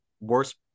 worst